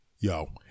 Yo